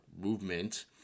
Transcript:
movement